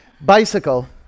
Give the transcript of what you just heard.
Bicycle